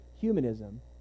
humanism